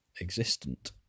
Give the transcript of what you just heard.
existent